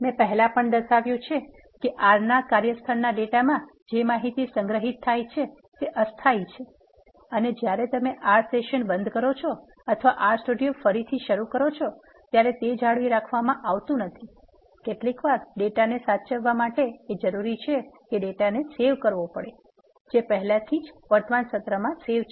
મે પહેલા પણ દર્શાવ્યુ છે કે R ના કાર્યસ્થળના ડેટામાં જે માહિતિ સંગ્રહિત થાય છે તે અસ્થાયી છે અને જ્યારે તમે R સેશન બંધ કરો છો અથવા R સ્ટુડિયો ફરીથી શરૂ કરો છો ત્યારે તે જાળવી રાખવામાં આવતું નથી કેટલીકવાર ડેટાને સાચવવા માટે એ જરૂરી છે કે ડેટાને સેવ કરવો પડે જે પહેલાથી જ વર્તમાન સત્રમાં છે